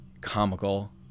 comical